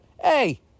hey